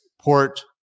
port